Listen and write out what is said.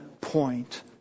point